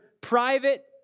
private